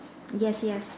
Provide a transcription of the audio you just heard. yes yes